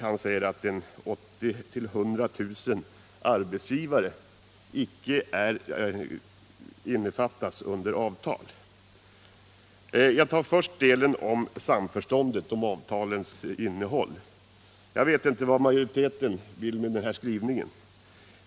Han sade att 80 000-100 000 arbetsgivare inte innefattas under avtal. Jag tar här först samförståndet om avtalens innehåll. Jag vet inte vad majoriteten vill med den här skrivningen.